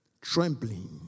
trembling